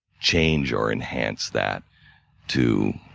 change or enhance that to